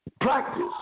practice